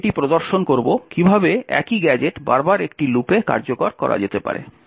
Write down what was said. আমরা এটি প্রদর্শন করব কীভাবে একই গ্যাজেট বারবার একটি লুপে কার্যকর করা যেতে পারে